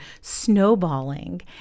Snowballing